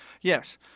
Yes